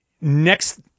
next